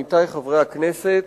עמיתי חברי הכנסת,